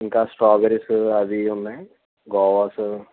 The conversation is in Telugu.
ఇంకా స్ట్రాబెర్రీస్ అవి ఉన్నాయి గోవాస్